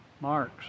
marks